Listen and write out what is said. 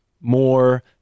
more